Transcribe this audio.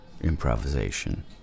improvisation